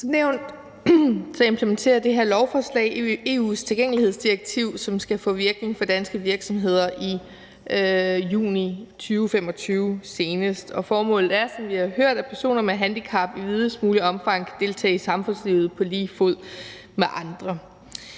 Som nævnt implementerer det her lovforslag EU's tilgængelighedsdirektiv, som skal få virkning for danske virksomheder senest i juni 2025, og formålet er, som vi har hørt her, at personer med handicap i videst muligt omfang kan deltage i samfundslivet på lige fod med andre.